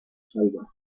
salvaje